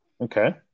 Okay